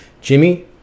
Jimmy